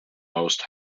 most